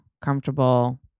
comfortable